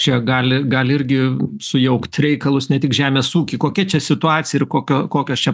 čia gali gali irgi sujaukt reikalus ne tik žemės ūkį kokia čia situacija ir kokia kokios čia